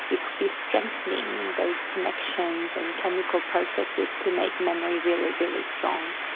you could be strengthening those connections and chemical processes to make memory really, really strong.